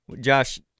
josh